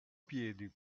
piedi